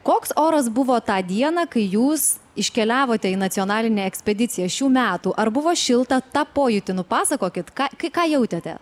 koks oras buvo tą dieną kai jūs iškeliavote į nacionalinę ekspediciją šių metų ar buvo šilta tą pojūtį nupasakokit ką ką jautėte